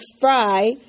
fry